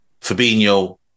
Fabinho